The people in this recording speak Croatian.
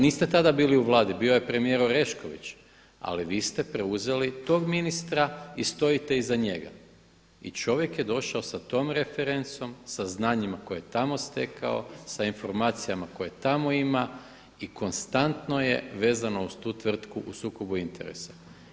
Niste tada bili u Vladi bio je premijer Orešković, ali vi ste preuzeli tog ministra i stojite iza njega i čovjek je došao sa tom referencom, sa znanjima koje je tamo stekao, sa informacijama koje tamo ima i konstantno je vezano uz tu tvrtku u sukobu interesa.